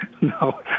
No